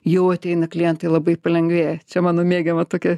jau ateina klientai labai palengvėja čia mano mėgiamą tokį